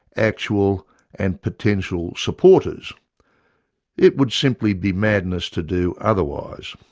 actual and potential supporters it would simply be madness to do otherwise.